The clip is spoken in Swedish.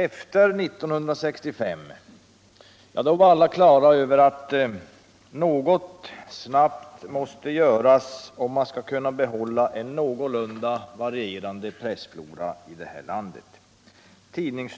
Efter 1965 var alla klara över att något snabbt måste göras, om man skall kunna behålla en någorlunda varierande pressflora i det här landet.